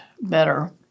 better